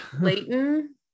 Leighton